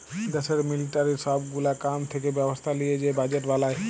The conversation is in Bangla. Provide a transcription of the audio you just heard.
দ্যাশের মিলিটারির সব গুলা কাম থাকা ব্যবস্থা লিয়ে যে বাজেট বলায়